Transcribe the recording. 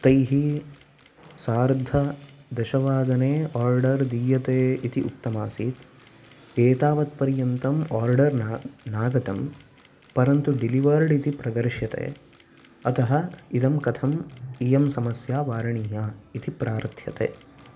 तैः सार्धदशवादने आर्डर् दीयते इति उक्तम् आसीत् एतावत्पर्यन्तम् आर्डर् ना नागतम् परन्तु डिलिवर्ड् इति प्रदश्यते अतः इदं कथं इयं समस्या वारणीया इति प्रार्थ्यते